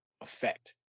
effect